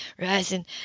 rising